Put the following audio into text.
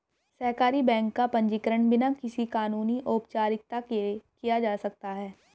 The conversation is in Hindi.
सहकारी बैंक का पंजीकरण बिना किसी कानूनी औपचारिकता के किया जा सकता है